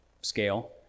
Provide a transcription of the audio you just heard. scale